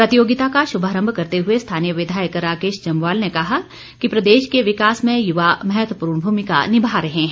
प्रतियोगिता का शुभारम्भ करते हुए स्थानीय विधायक राकेश जम्वाल ने कहा कि प्रदेश के विकास में युवा महत्वपूर्ण भूमिका निभा रहे हैं